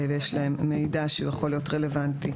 ויש להם מידע שיכול להיות רלוונטי.